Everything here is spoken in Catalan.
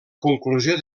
conclusió